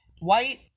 White